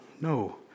no